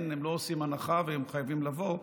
לא עושים הנחה, והם חייבים לבוא.